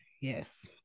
Yes